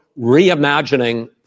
reimagining